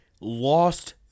lost